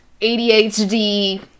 ADHD